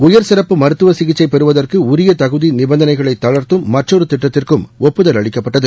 உயர் சிறப்பு மருத்துவ சிகிச்சை பெறுவதற்கு உரிய தகுதி நிபந்தனைகளை தளர்த்தும் மற்றொரு திட்டத்திற்கும் ஒப்புதல் அளிக்கப்பட்டது